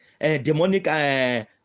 demonic